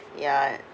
ya